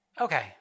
Okay